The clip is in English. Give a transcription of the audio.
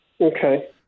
Okay